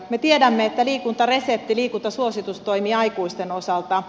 me tiedämme että liikuntaresepti liikuntasuositus toimii aikuisten osalta